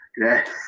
yes